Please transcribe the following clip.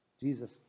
Jesus